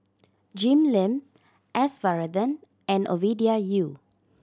Jim Lim S Varathan and Ovidia Yu